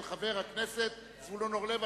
של חבר הכנסת זבולון אורלב.